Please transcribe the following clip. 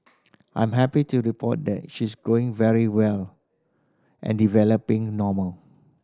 I'm happy to report that she's growing very well and developing normal